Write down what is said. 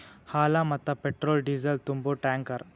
ಹಾಲ, ಮತ್ತ petrol diesel ತುಂಬು ಟ್ಯಾಂಕರ್